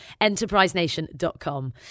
enterprisenation.com